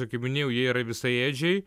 kaip minėjau jie yra visaėdžiai